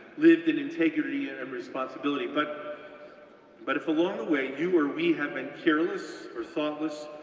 lived in integrity and and responsibility, but but if along the way, you or we have been careless, or thoughtless,